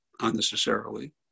unnecessarily